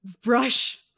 brush